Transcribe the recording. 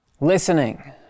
Listening